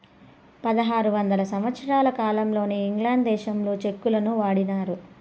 పదహారు వందల సంవత్సరాల కాలంలోనే ఇంగ్లాండ్ దేశంలో చెక్కులను వాడినారు